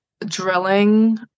drilling